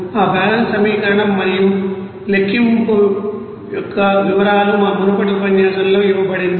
ఆ బ్యాలెన్స్ సమీకరణం మరియు లెక్కింపు యొక్క వివరాలు మా మునుపటి ఉపన్యాసంలో ఇవ్వబడింది